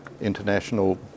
international